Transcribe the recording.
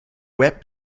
web